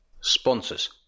Sponsors